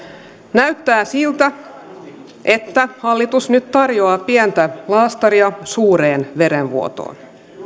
näyttää siltä että hallitus nyt tarjoaa pientä laastaria suureen verenvuotoon